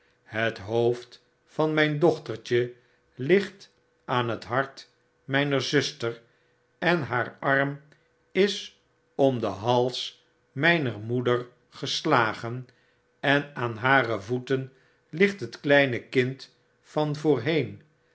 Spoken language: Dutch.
het ho'ofd van myn dochtertje ligt aan net hart mijner zuster en haar arm is om den hais mijner moeder geslaen en aan hare voeten ligt het kleine kind vanvoorheen